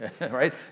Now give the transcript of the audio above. Right